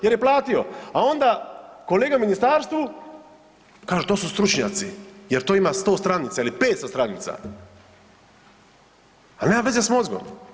Jer je platio, a onda kolega u ministarstvu kaže to su stručnjaci jer to ima 100 stranica ili 500 stranica, al nema veze s mozgom.